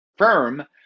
firm